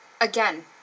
Again